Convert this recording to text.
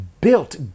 built